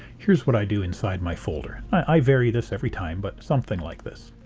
here's what i do inside my folder. i vary this every time but something like this.